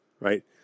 right